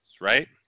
right